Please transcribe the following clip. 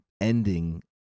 ending